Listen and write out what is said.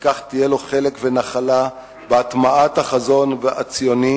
וכך יהיו לו חלק ונחלה בהטמעת החזון הציוני,